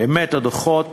באמת, הדוחות